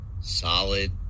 solid